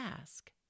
ask